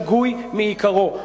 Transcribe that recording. שגוי מעיקרו.